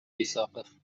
исаков